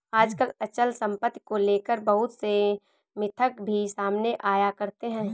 आजकल अचल सम्पत्ति को लेकर बहुत से मिथक भी सामने आया करते हैं